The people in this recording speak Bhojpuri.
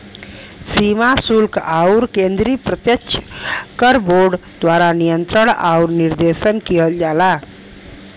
सीमा शुल्क आउर केंद्रीय प्रत्यक्ष कर बोर्ड द्वारा नियंत्रण आउर निर्देशन किहल जाला